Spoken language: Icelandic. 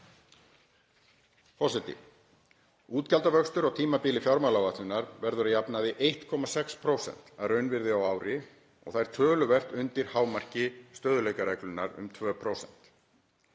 Forseti. Útgjaldavöxtur á tímabili fjármáláætlunar verður að jafnaði 1,6% að raunvirði á ári og það er töluvert undir hámarki stöðugleikareglunnar.